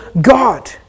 god